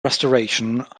restoration